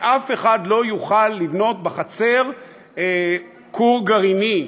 שאף אחד לא יוכל לבנות בחצר כור גרעיני,